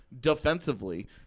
defensively